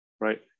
right